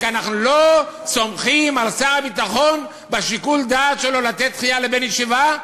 רק אנחנו לא סומכים על שר הביטחון בשיקול הדעת שלו לתת דחייה לבן ישיבה?